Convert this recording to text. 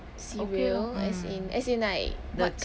cereal as in as in like what ki~